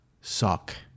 suck